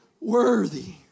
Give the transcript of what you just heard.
Worthy